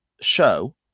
show